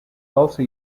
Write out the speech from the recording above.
also